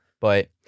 But-